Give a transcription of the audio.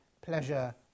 pleasure